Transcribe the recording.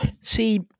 See